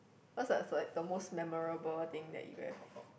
what was like the most memorable thing that you have